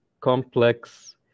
complex